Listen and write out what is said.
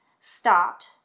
stopped